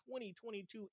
2022